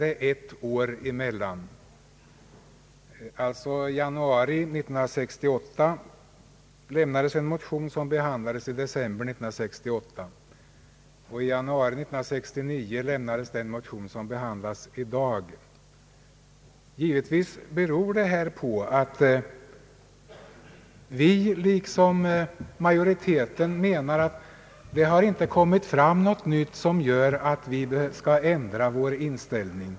I januari 1968 lämnades den motion som behandlades i december 1968, och i januari 1969 lämnades den motion som behandlas i dag. Givetvis beror detta på att vi i likhet med majoriteten menar, att det inte kommit fram något nytt som gör att vi skall ändra vår inställning.